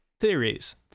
theories